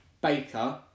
Baker